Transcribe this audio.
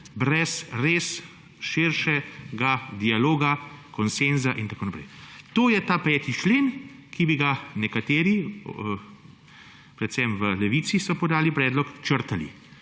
brez res širšega dialoga, konsenza in tako naprej. To je ta 5. člen, ki bi ga nekateri, predvsem v Levici so podali predlog, črtali.